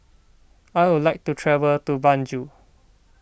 I would like to travel to Banjul